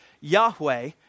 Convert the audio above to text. Yahweh